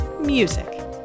music